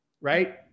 Right